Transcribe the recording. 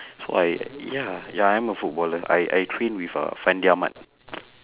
so I ya ya I'm a footballer I I train with uh fandi-ahmad